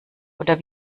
oder